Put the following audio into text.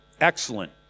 excellent